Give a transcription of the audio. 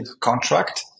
contract